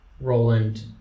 Roland